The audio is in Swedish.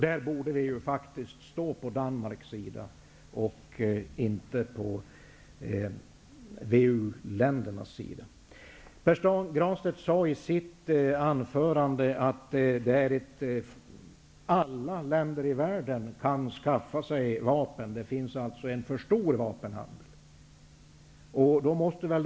Vi borde faktiskt stå på Danmarks sida och inte på VU-ländernas sida. Pär Granstedt sade i sitt anförande att alla länder i världen kan skaffa sig vapen. Vapenhandeln är för stor.